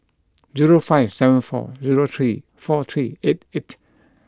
zero five seven four zero three four three eight eight